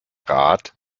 rat